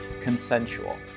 consensual